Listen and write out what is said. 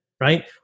right